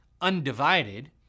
undivided